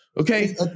Okay